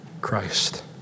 Christ